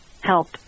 help